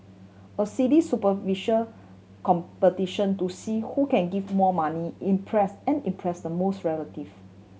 a silly superficial competition to see who can give more money impress and impress the most relative